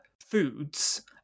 foods